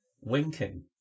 winking